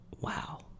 wow